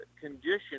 condition